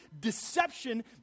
deception